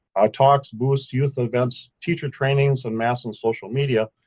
ah talks, booths, youth events, teacher trainings, and mass and social media,